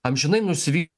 amžinai nusivy